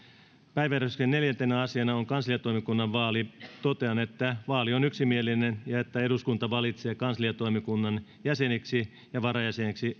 päiväjärjestyksen neljäntenä asiana on kansliatoimikunnan vaali totean että vaali on yksimielinen ja että eduskunta valitsee kansliatoimikunnan jäseniksi ja varajäseniksi